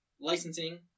licensing